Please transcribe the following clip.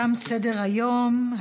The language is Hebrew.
תם סדר-היום.